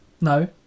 No